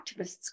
activists